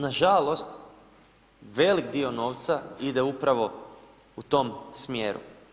Nažalost velik dio novca ide upravo u tom smjeru.